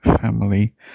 family